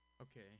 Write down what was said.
okay